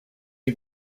you